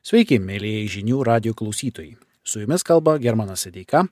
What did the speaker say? sveiki mielieji žinių radijo klausytojai su jumis kalba germanas sodeika